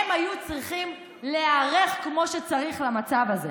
הם היו צריכים להיערך כמו שצריך למצב הזה.